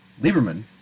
Lieberman